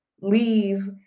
leave